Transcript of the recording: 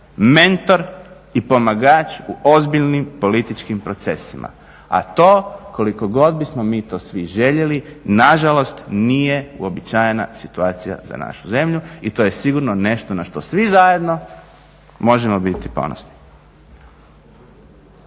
mentor i pomagač u ozbiljnim političkim procesima. A to koliko god bismo mi to svi željeli nažalost nije uobičajena situacija za našu zemlju i to je sigurno nešto na što svi zajedno možemo biti ponosni.